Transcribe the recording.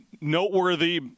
noteworthy